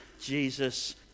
Jesus